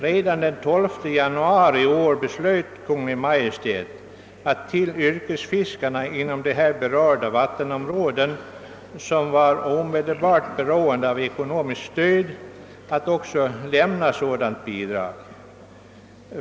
Redan den 12 januari i år beslöt Kungl. Maj:t att till yrkesfiskare inom berörda vattenområden som är omedelbart beroende av ekonomiskt stöd också lämna sådant bidrag.